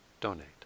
donate